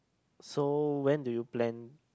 so when do you plan